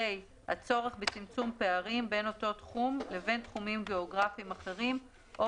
"(ה)הצורך בצמצום פערים בין אותו תחום לבין תחומים גאוגרפיים אחרים או